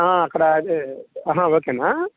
అక్కడ అదే ఆహ ఓకేనా